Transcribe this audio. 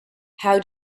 how